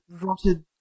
rotted